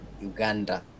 Uganda